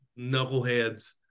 knuckleheads